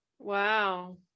Wow